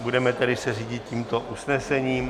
Budeme se tedy řídit tímto usnesením.